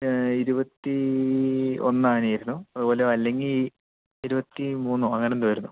ഇരുപത്തി ഒന്ന് ആന ആയിരുന്നു അതുപോലെ വല്ലെങ്ങി ഇരുപത്തി മൂന്നോ അങ്ങനെ എന്തോ ആയിരന്നു